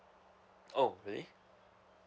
oh really